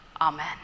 Amen